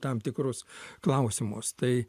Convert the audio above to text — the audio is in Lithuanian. tam tikrus klausimus tai